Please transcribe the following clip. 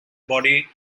body